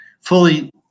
fully